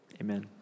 Amen